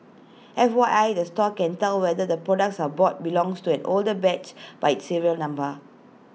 F Y I the store can tell whether the products are bought belongs to an older batch by its serial number